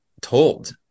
told